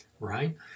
right